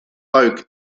oak